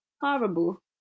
Horrible